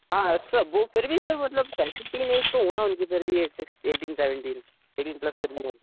हाँ सर वो फिर भी सर मतलब सेवनटीन एज तो होना उनका जरूरी है six eighteen seventeen eighteen plus sir